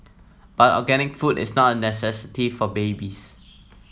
but organic food is not a necessity for babies